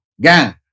gang